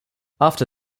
after